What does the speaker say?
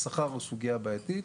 השכר הוא סוגייה בעייתית.